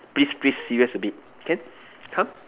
please please serious a bit can come